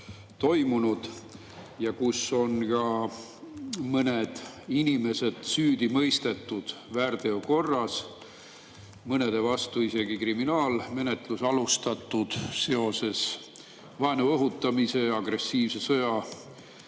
leidnud]. Mõned inimesed on süüdi mõistetud väärteo korras, mõnede vastu on isegi kriminaalmenetlus alustatud seoses vaenu õhutamise ja agressiivse sõja